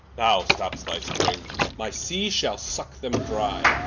now stops thy spring, my sea shall suck them dry,